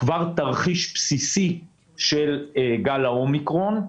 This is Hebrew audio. כבר תרחיש בסיסי של גל האומיקרון,